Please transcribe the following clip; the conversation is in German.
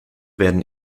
werden